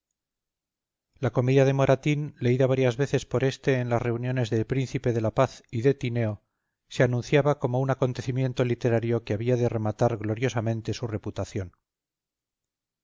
la comedia de moratín leída varias veces por éste en las reuniones del príncipe de la paz y de tineo se anunciaba como un acontecimiento literario que había de rematar gloriosamente su reputación